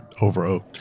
over-oaked